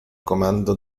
comando